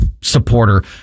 supporter